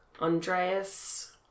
Andreas